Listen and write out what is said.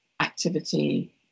activity